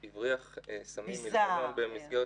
שהיא עבירה חמורה מכל וכל,